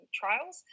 trials